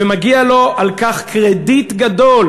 ומגיע לו על כך קרדיט גדול,